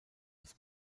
des